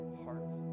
hearts